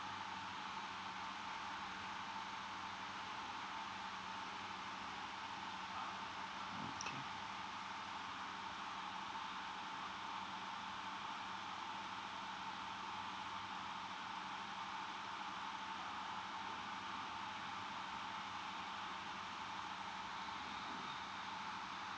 okay